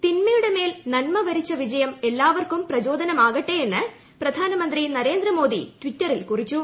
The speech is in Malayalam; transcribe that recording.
തിന്മയുടെ മേൽ നന്മ വരിച്ച വിജയം എല്ലാവർക്കും പ്രചോദനമാകട്ടെ എന്ന് പ്രധാനമന്ത്രി നരേന്ദ്രമോദി ടിറ്ററിൽ കുറിച്ചു